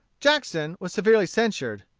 jackson was severely censured,